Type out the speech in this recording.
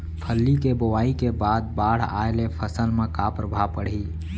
फल्ली के बोआई के बाद बाढ़ आये ले फसल मा का प्रभाव पड़ही?